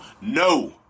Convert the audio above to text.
no